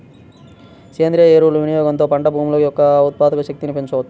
సేంద్రీయ ఎరువుల వినియోగంతో పంట భూముల యొక్క ఉత్పాదక శక్తిని పెంచవచ్చు